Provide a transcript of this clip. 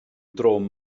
drwm